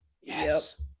Yes